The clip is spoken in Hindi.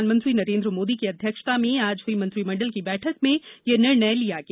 प्रधानमंत्री नरेन्द्र मोदी की अध्यक्षता में आज हई मंत्रिमंडल की बैठक में यह निर्णय लिया गया